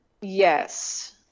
yes